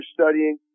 studying